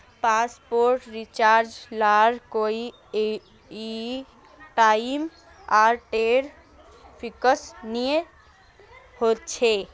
postpaid recharge लार कोए time आर डेट फिक्स नि होछे